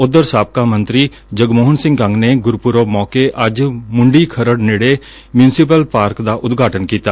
ਉਧਰ ਸਾਬਕਾ ਮੰਤਰੀ ਜਗਮੋਹਨ ਸਿੰਘ ਕੰਗ ਨੇ ਗਰਪਰਬ ਮੌਕੇ ਮੰਡੀ ਖਰਤ ਨੇਤੇ ਮਿਉਂਸਪਲ ਪਾਰਕ ਦਾ ਉਦਘਾਟਨ ਕੀਤਾ